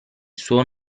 suo